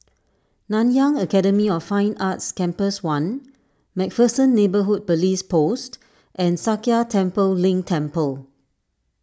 Nanyang Academy of Fine Arts Campus one MacPherson Neighbourhood Police Post and Sakya Tenphel Ling Temple